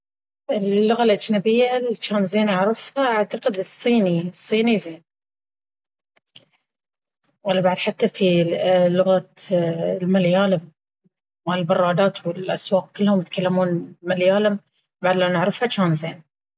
اللغة الأجنبية إلى جان زين أعرفها أعتقد الصيني، الصيني زين ولا بعد حتى في لغة المليالم، مال البرادات والأسواق كلهم يتكلمون مليالم بعد لو نعرفها جان زين.